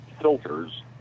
filters